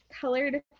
colored